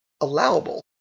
allowable